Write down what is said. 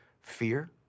fear